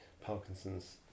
Parkinson's